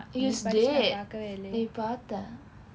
yous did நீ பார்த்த:ni paartha